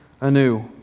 anew